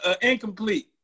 incomplete